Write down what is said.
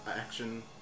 action